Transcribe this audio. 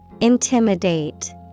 Intimidate